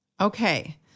Okay